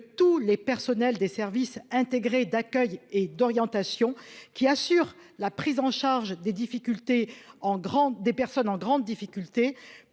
tous les personnels des services intégrés d'accueil et d'orientation qui assure la prise en charge des difficultés en grand des